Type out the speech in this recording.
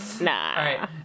Nah